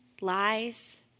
lies